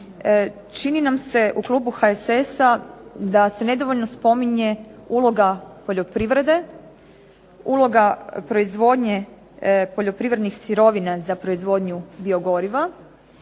čini nam se u klubu HSS-a da se nedovoljno spominje uloga poljoprivrede, uloga proizvodnje poljoprivrednih sirovina za proizvodnju biogoriva.